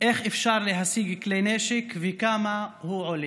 איך אפשר להשיג כלי נשק וכמה הוא עולה.